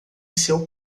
seu